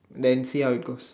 then see how it goes